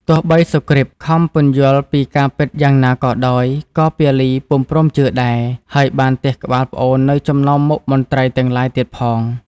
ទោះបីសុគ្រីតខំពន្យល់ពីការពិតយ៉ាងណាក៏ដោយ ក៏ពាលីពុំ ព្រមជឿដែរ ហើយបានទះក្បាលប្អូននៅចំណោមមុខមន្ត្រីទាំងឡាយទៀតផង។